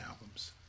albums